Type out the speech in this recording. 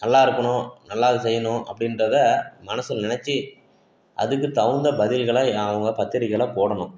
நல்லா இருக்கணும் நல்லா இதை செய்யணும் அப்படின்றத மனதுல நெனச்சு அதுக்கு தகுந்த பதில்களை ஏன் அவங்க பத்திரிக்கையில் போடணும்